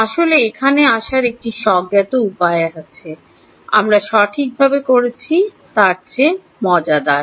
আসলে এখানে আসার একটি স্বজ্ঞাত উপায় আছে যা আমরা সঠিকভাবে করেছি তার চেয়ে মজাদার